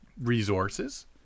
resources